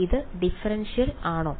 ഇത് ഡിഫറൻഷ്യബിൾ ആണോ